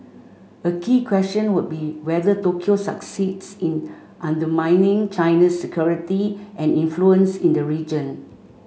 a key question would be whether Tokyo succeeds in undermining China's security and influence in the region